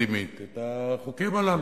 ותקדימית את החוקים הללו,